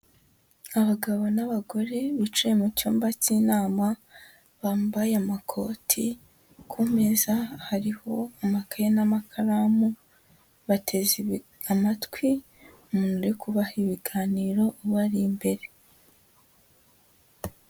Abagabo n'abagore bicaye mu cyumba cy'inama, bambaye amakoti, ku meza hariho amakayi n'amakaramu, bateze amatwi umuntu urimo kubaha ibiganiro ubari imbere.